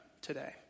today